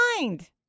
mind